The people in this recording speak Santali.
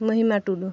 ᱢᱚᱦᱤᱢᱟ ᱴᱩᱰᱩ